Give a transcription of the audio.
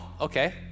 okay